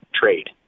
trade